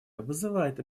вызывает